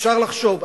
אפשר לחשוב?